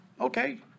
okay